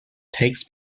takes